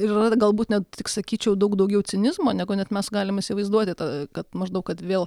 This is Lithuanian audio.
yra galbūt net tik sakyčiau daug daugiau cinizmo negu net mes galim įsivaizduoti tą kad maždaug kad vėl